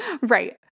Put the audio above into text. right